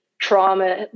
trauma